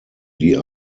die